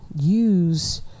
use